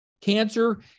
Cancer